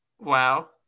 Wow